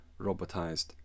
Robotized